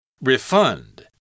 Refund